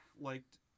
liked